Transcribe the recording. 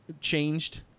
changed